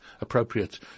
appropriate